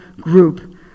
group